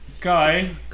Guy